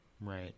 Right